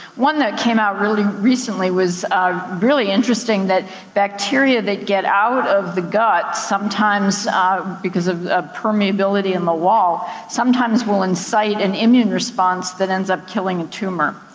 one that came out really recently was really interesting that bacteria, they get out of the gut, sometimes because of permeability in the wall, sometimes will incite an immune response that ends up killing a tumor.